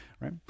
right